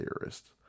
theorists